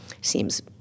seems